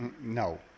No